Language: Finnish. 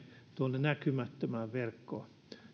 tuonne näkymättömään verkkoon